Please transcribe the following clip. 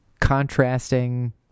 contrasting